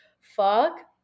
fuck